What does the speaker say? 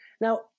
Now